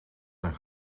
zijn